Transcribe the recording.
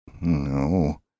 No